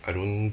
I don't